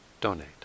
donate